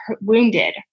wounded